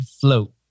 float